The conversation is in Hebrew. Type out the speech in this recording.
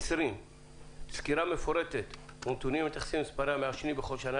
2020 סקירה מפורטת ונתונים המתייחסים למספרי המעשנים בכל שנה,